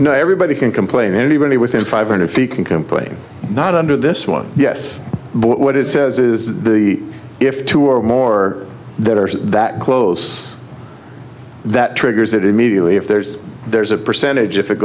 low no everybody can complain anybody within five hundred feet can come play not under this one yes but what it says is the if two or more that are that close that triggers it immediately if there's there's a percentage if it